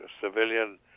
civilian